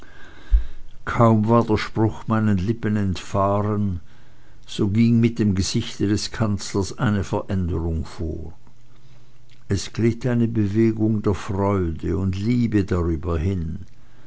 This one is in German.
kaum war der spruch meinen lippen entfahren so ging mit dem gesichte des kanzlers eine veränderung vor es glitt eine bewegung der freude und liebe darüber hin